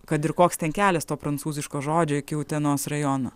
kad ir koks ten kelias to prancūziško žodžio iki utenos rajono